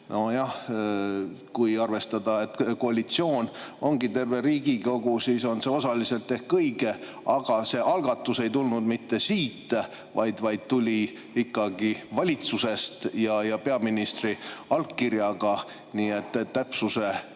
Nojah, kui arvestada sedasi, nagu koalitsioon olekski terve Riigikogu, siis oleks see osaliselt ehk kõige. Aga see algatus ei tulnud mitte siit, vaid tuli ikkagi valitsusest ja peaministri allkirjaga. Nii et täpsuse